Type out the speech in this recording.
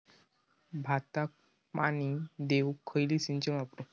भाताक पाणी देऊक खयली सिंचन वापरू?